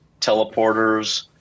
teleporters